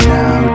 now